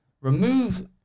Remove